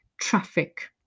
traffic